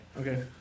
Okay